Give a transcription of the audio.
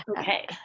okay